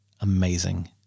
amazing